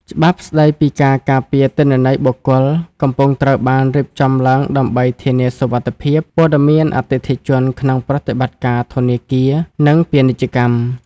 ច្បាប់ស្ដីពីការការពារទិន្នន័យបុគ្គល កំពុងត្រូវបានរៀបចំឡើងដើម្បីធានាសុវត្ថិភាពព័ត៌មានអតិថិជនក្នុងប្រតិបត្តិការធនាគារ និងពាណិជ្ជកម្ម។